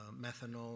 Methanol